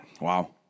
Wow